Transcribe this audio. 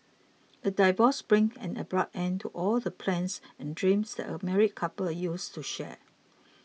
a divorce brings an abrupt end to all the plans and dreams that a married couple used to share